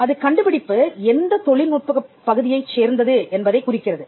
அது கண்டுபிடிப்பு எந்த தொழில்நுட்ப பகுதியைச் சேர்ந்தது என்பதை குறிக்கிறது